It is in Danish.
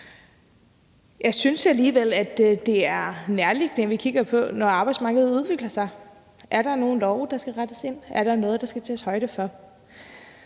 Jeg synes alligevel, det er nærliggende, at vi, når arbejdsmarkedet udvikler sig, kigger på, om der er nogen love, der skal rettes til, og om der er noget, der skal tages højde for.